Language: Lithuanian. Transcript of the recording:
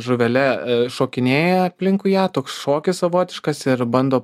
žuvele šokinėja aplinkui ją toks šokis savotiškas ir bando